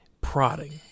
Prodding